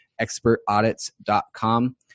expertaudits.com